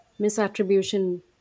misattribution